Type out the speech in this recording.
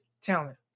talent